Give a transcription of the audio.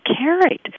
carried